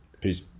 peace